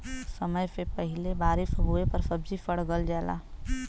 समय से पहिले बारिस होवे पर सब्जी सड़ गल जाला